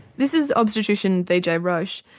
this is obstetrician vijay roach,